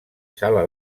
sala